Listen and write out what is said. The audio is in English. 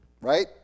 Right